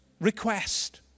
request